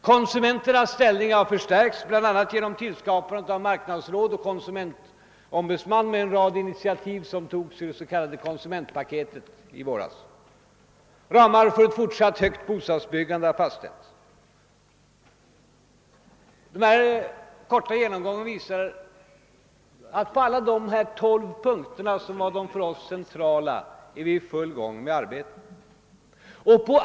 Konsumenternas ställning har förstärkts bl.a. genom skapande av marknadsråd och konsumentombudsman med en rad initiativ, som under våren har tagits i det s.k. konsumentpaketet. Ramar för ett fortsatt högt bostadsbyggande har fastställts. Denna korta genomgång visar att på alla de tolv punkter som var de för oss centrala är vi i full gång med arbetet.